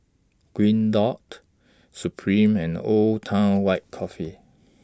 Green Dot Supreme and Old Town White Coffee